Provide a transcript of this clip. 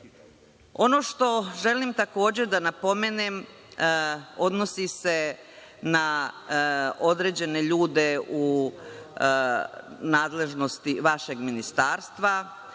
ima. Ono što želim takođe da napomenem odnosi se na određene ljude u nadležnosti vašeg ministarstva,